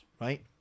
right